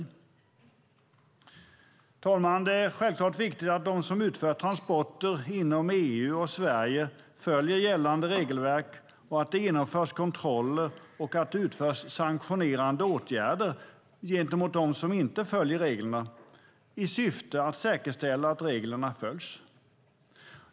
Fru talman! Det är självklart viktigt att de som utför transporter inom EU och Sverige följer gällande regelverk samt att det genomförs kontroller och vidtas sanktionerande åtgärder gentemot dem som inte följer reglerna, i syfte att säkerställa att reglerna följs.